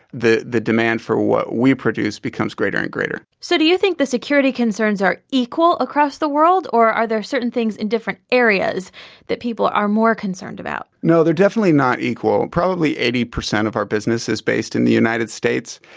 the the demand for what we produce becomes greater and greater so do you think the security concerns are equal across the world? or are there certain things in different areas that people are more concerned about? no, they're definitely not equal. probably eighty percent of our business is based in the united states.